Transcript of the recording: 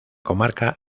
comarca